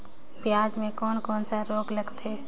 पियाज मे कोन कोन सा रोग लगथे?